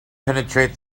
penetrate